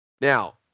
Now